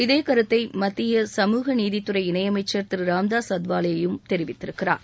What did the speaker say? இதே கருத்தை மத்திய சமூகநீதித்துறை இணையமைச்சர் திரு ராம்தாஸ் அத்தாவாலேயும் தெரிவித்திருக்கிறார்